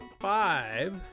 five